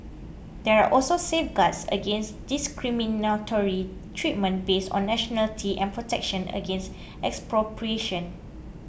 there are also safeguards against discriminatory treatment based on nationality and protection against expropriation